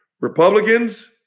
Republicans